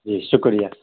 جی شکریہ